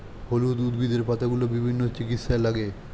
হলুদ উদ্ভিদের পাতাগুলো বিভিন্ন চিকিৎসায় লাগে